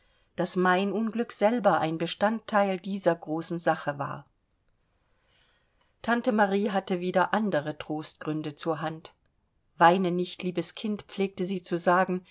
daß mein unglück selber ein bestandteil dieser großen sache war tante marie hatte wieder andere trostgründe zur hand weine nicht liebes kind pflegte sie zu sagen